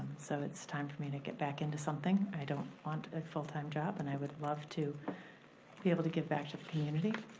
so it's time for me to get back into something. i don't want a full time job, and i would love to be able to give back to the community